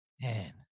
man